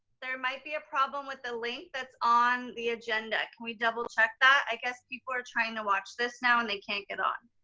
there might be a problem with the link that's on the agenda. can we double check that, i guess, before trying to watch this now and they can't get on?